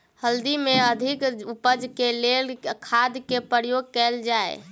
हल्दी केँ अधिक उपज केँ लेल केँ खाद केँ प्रयोग कैल जाय?